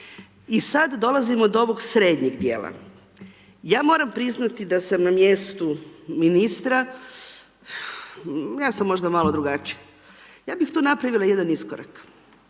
I sad dolazimo do ovog srednjeg dijela. Ja moram priznati da sam na mjestu ministra, ja sam možda malo drugačija. Ja bih tu napravila jedan iskorak